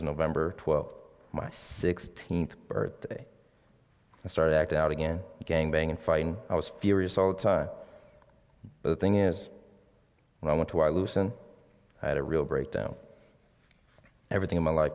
was november twelfth my sixteenth birthday i started acting out again gang bang and fighting i was furious all the time but the thing is when i want to i loose and i had a real breakdown everything in my life